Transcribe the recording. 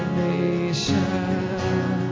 nation